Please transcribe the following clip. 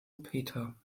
peter